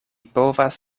povas